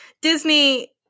Disney